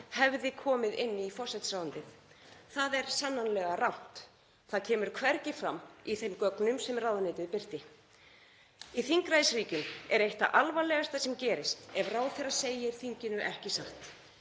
hefði komið inn í forsætisráðuneytið. Það er sannarlega rangt. Það kemur hvergi fram í þeim gögnum sem ráðuneytið birti. Í þingræðisríkjum er eitt það alvarlegasta sem gerist ef ráðherra segir þinginu ekki satt.